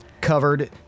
covered